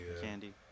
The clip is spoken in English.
Candy